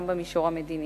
גם במישור המדיני.